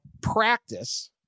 practice